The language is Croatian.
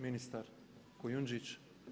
Ministar Kujundžić.